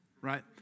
Right